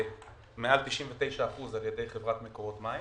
מעל 99% על ידי חברת מקורות מים.